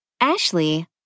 Ashley